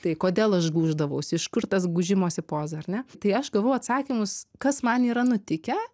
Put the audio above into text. tai kodėl aš gūždavausi iš kur tas gūžimosi poza ar ne tai aš gavau atsakymus kas man yra nutikę